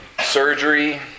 Surgery